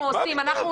עכשיו